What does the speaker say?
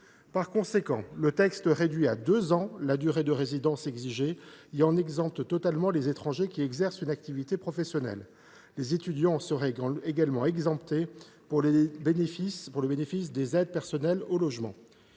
Par conséquent, le présent texte réduit à deux ans la durée de résidence exigée et en exempte totalement les étrangers qui exercent une activité professionnelle. Les étudiants en seraient également exemptés pour le bénéfice des APL. Sur le principe,